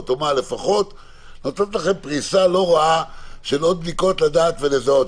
- לפחות נותנות לכם פריסה לא רעה של עוד בדיקות לדעת ולזהות.